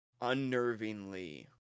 unnervingly